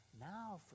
Now